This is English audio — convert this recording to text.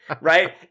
right